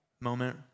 moment